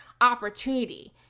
opportunity